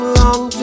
long